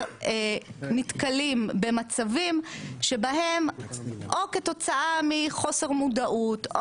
נתקלים במצבים שבהם או כתוצאה מחוסר מודעות,